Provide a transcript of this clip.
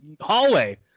hallway